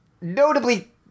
Notably